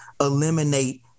eliminate